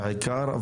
בעיקר,